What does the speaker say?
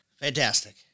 Fantastic